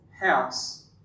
House